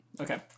okay